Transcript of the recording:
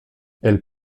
elle